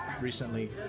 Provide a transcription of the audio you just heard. recently